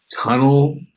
tunnel